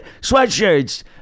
sweatshirts